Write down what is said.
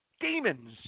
Demons